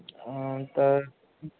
हँ तऽ